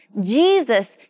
Jesus